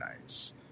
nice